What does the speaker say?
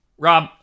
Rob